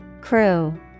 Crew